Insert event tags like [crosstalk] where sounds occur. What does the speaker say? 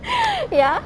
[breath] ya